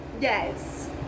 Yes